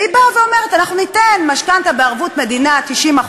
והיא באה ואומרת: אנחנו ניתן משכנתה בערבות מדינה 90%,